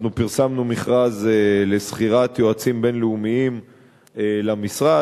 אנחנו פרסמנו מכרז לשכירת יועצים בין-לאומיים למשרד,